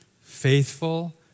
faithful